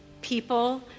people